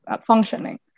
functioning